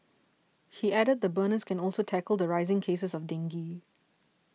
he added the burners can also tackle the rising cases of dengue